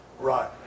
Right